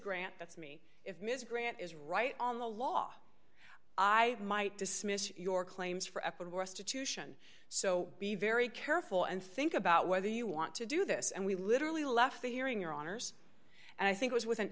grant that's me if miss grant is right on the law i might dismiss your claims for epidaurus to to sion so be very careful and think about whether you want to do this and we literally left the hearing your honour's and i think was with an